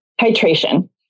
titration